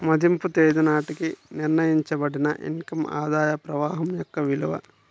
మదింపు తేదీ నాటికి నిర్ణయించబడిన ఇన్ కమ్ ఆదాయ ప్రవాహం యొక్క విలువ